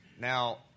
Now